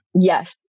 Yes